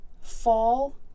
fall